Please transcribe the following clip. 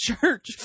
Church